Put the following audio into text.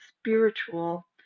spiritual